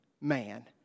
man